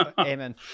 Amen